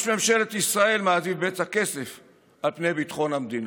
שראש ממשלת ישראל מעדיף בצע כסף על פני ביטחון המדינה.